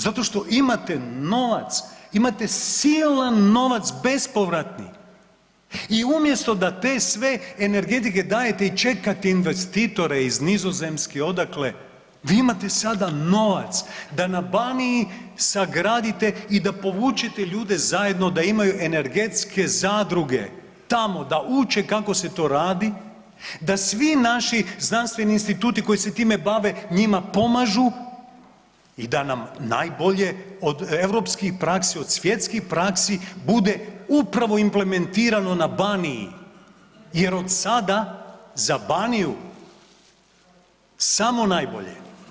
Zato što imate novac, imate silan novac bespovratni i umjesto da ste sve energetike dajete i čekate investitore iz Nizozemske, odakle, vi imate sada novaca da na Baniji sagradite i da povučete ljude zajedno da imaju energetske zadruge, tamo da uče kako se to radi, da svi naši znanstveni instituti koji se time bave, njima pomažu i da nam najbolje od europskih praksi, od svjetskih praksi, bude upravo implementirano na Baniji jer od sada za Baniju samo najbolje.